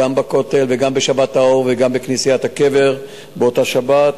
גם בכותל וגם ב"שבת האור" וגם בכנסיית הקבר באותה שבת,